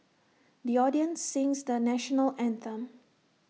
the audience sings the National Anthem